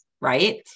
right